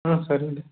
ಹಾಂ ಸರ್ ಇದೆ